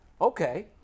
Okay